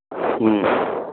હા